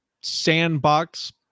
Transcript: sandbox